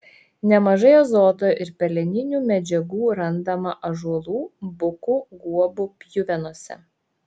nemažai azoto ir peleninių medžiagų randama ąžuolų bukų guobų pjuvenose